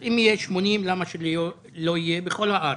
אז אם יהיה 80 קילומטר למה שזה לא יהיה בכל הארץ?